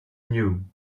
knew